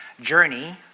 Journey